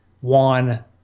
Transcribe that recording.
one